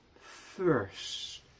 first